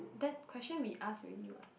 that question we ask already what